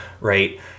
right